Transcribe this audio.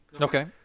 Okay